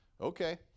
Okay